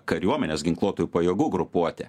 kariuomenės ginkluotųjų pajėgų grupuotė